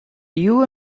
you